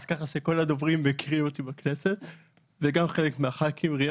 כך שכל הדוברים בכירים אותי וגם חלק מהח"כים.